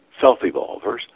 self-evolvers